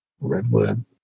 Redwood